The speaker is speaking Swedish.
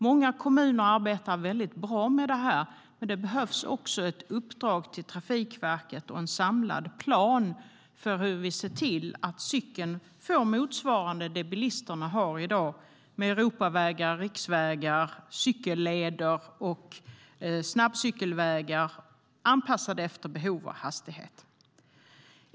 Många kommuner arbetar bra med detta, men det behövs också ett uppdrag till Trafikverket och en samlad plan för hur vi ser till att cykeln får motsvarande det bilisterna har i dag, med Europavägar, riksvägar, cykelleder och snabbcykelvägar som är anpassade efter behov och hastighet.